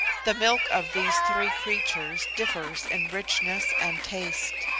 the milk of these three creatures differs in richness and taste.